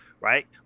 right